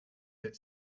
hit